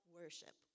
worship